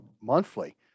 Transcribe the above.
monthly